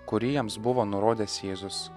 kurį jiems buvo nurodęs jėzus